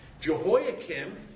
Jehoiakim